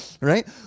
right